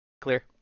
clear